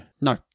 No